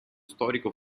storico